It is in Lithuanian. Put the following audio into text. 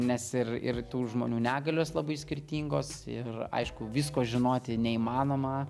nes ir ir tų žmonių negalios labai skirtingos ir aišku visko žinoti neįmanoma